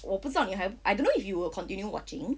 我不知道你还 I don't know if you will continue watching